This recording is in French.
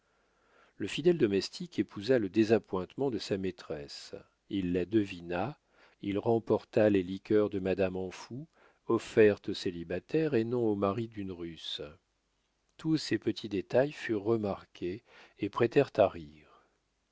le fidèle domestique épousa le désappointement de sa maîtresse il la devina il remporta les liqueurs de madame amphoux offertes au célibataire et non au mari d'une russe tous ces petits détails furent remarqués et prêtèrent à rire